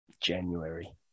January